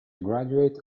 graduate